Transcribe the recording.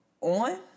on